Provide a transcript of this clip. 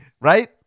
right